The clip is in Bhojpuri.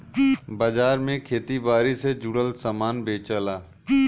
बाजार में खेती बारी से जुड़ल सामान बेचला